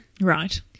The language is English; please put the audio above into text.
Right